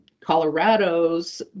colorado's